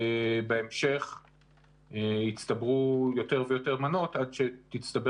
בהמשך יצטברו יותר ויותר מנות עד שתצטבר